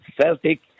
Celtic